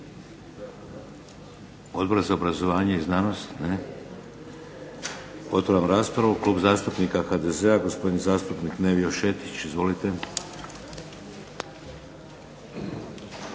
Odbor za obrazovanje i znanost? Ne. Otvaram raspravu. Klub zastupnika HDZ-a, gospodin zastupnik Nevio Šetić. Izvolite.